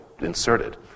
inserted